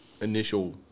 initial